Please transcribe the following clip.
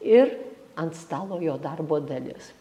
ir ant stalo jo darbo dalis